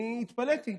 אני התפלאתי.